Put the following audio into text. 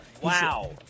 Wow